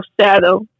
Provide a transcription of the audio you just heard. shadow